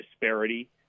disparity